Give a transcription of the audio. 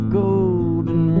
golden